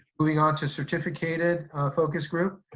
moving on to certificated focus group.